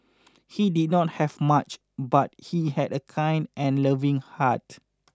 he did not have much but he had a kind and loving heart